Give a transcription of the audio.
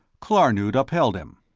klarnood upheld him.